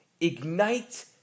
Ignite